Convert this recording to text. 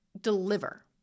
deliver